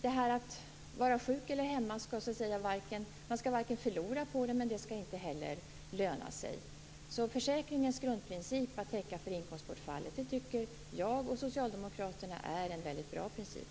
Man skall inte förlora på att vara hemma och vara sjuk, men det skall heller inte löna sig. Försäkringens grundprincip, att täcka inkomstbortfall, tycker jag och socialdemokraterna är en mycket bra princip.